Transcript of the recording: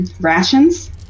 rations